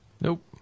Nope